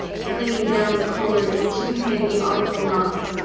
flinging down the cord in which he was making artful knots.